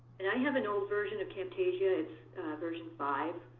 and i have an old version of camtasia, it's version five.